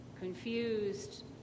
confused